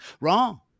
wrong